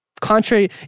Contrary